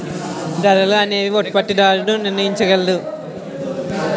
ధరలు అనేవి ఉత్పత్తిదారుడు నిర్ణయించగలడు